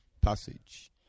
passage